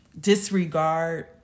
disregard